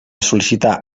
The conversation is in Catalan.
sol·licitar